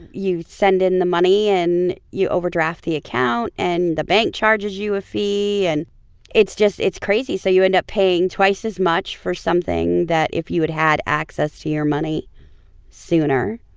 you send in the money, and you overdraft the account. and the bank charges you a fee. and it's just it's crazy. so you end up paying twice as much for something that, if you had had access to your money sooner,